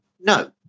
no